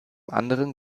anderen